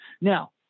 Now